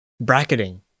Bracketing